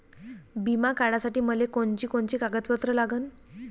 बिमा काढासाठी मले कोनची कोनची कागदपत्र लागन?